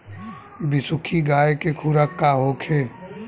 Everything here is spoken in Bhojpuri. बिसुखी गाय के खुराक का होखे?